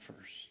first